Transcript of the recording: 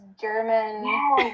German